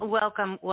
welcome